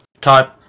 type